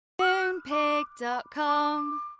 Moonpig.com